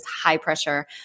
high-pressure